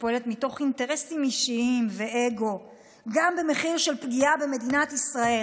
שפועלת מתוך אינטרסים אישיים ואגו גם במחיר של פגיעה במדינת ישראל,